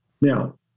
Now